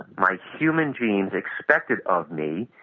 my human genes expected of me,